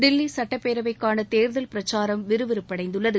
தில்லி சட்டப்பேரவைக்கான தேர்தல் பிரச்சாரம் விறுவிறுப்படைந்துள்ளது